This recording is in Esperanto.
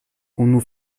unu